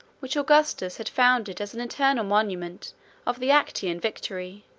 which augustus had founded as an eternal monument of the actian victory,